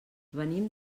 venim